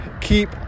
keep